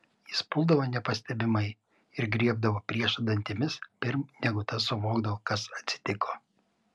jis puldavo nepastebimai ir griebdavo priešą dantimis pirm negu tas suvokdavo kas atsitiko